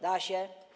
Da się.